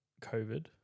COVID